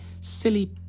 Silly